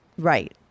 Right